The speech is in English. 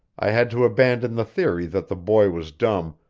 i had to abandon the theory that the boy was dumb,